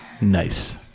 Nice